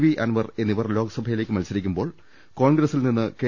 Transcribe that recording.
V Anvar എന്നിവർ ലോക്സഭയിലേക്ക് മത്സരി ക്കുമ്പോൾ കോൺഗ്രസിൽ നിന്ന് കെ